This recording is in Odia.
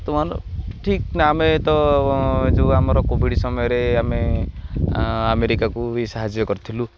ବର୍ତ୍ତମାନ ଠିକ୍ ନା ଆମେ ତ ଯେଉଁ ଆମର କୋଭିଡ଼ ସମୟରେ ଆମେ ଆମେରିକାକୁ ବି ସାହାଯ୍ୟ କରିଥିଲୁ